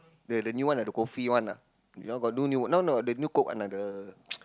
the the new one ah the coffee one ah you all got do new no no the new Coke one ah the